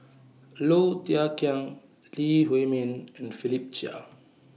Low Thia Khiang Lee Huei Min and Philip Chia